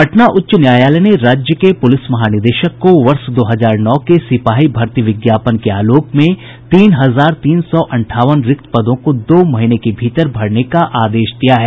पटना उच्च न्यायालय ने राज्य के पुलिस महानिदेशक को वर्ष दो हजार नौ के सिपाही भर्ती विज्ञापन के आलोक में तीन हजार तीन सौ अंठावन रिक्त पदों को दो महीने के भीतर भरने का आदेश दिया है